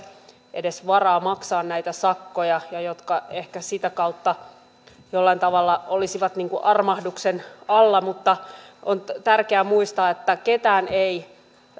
edes varaa maksaa näitä sakkoja ja jotka ehkä sitä kautta jollain tavalla olisivat niin kuin armahduksen alla mutta on tärkeää muistaa että ketään ei